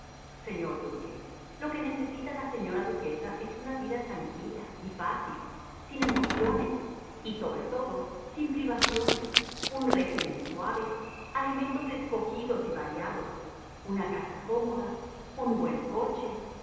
señor duque lo que necesita la señora duquesa es una vida tranquila y fácil sin emociones y sobre todo sin privaciones un régimen suave alimentos escogidos y variados una casa cómoda un buen coche